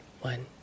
One